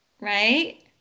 right